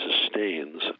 sustains